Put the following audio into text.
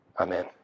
Amen